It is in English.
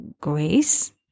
grace